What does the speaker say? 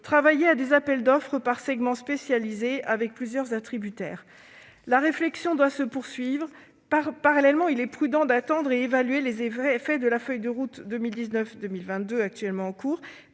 travailler à des appels d'offres par segments spécialisés, avec plusieurs attributaires ? La réflexion doit se poursuivre. Parallèlement, il est prudent d'attendre, afin d'évaluer les effets de la feuille de route 2019-2022 en cours